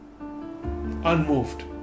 unmoved